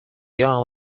young